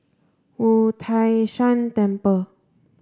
Wu Tai Shan Temple